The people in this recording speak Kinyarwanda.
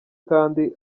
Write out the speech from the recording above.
kandi